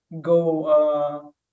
go